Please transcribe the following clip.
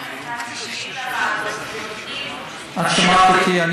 שמגיעים לוועדות, את שמעת אותי.